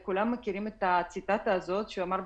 אבל כולם מכירים את הציטוט שלו שהוא אמר: